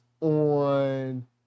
on